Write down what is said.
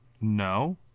No